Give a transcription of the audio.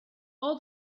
all